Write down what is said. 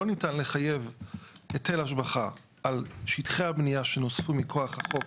לא ניתן לחייב היטל השבחה על שטחי הבנייה שנוספו מכוח החוק